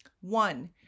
One